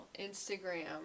instagram